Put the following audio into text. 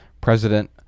president